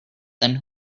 then